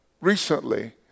recently